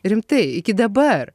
rimtai iki dabar